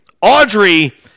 Audrey